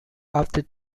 after